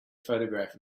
photograph